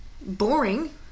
boring